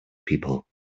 people